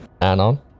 Anon